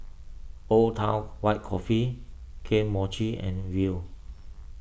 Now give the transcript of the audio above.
Old Town White Coffee Kane Mochi and Viu